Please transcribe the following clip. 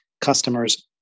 customers